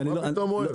מה פתאום אוהב?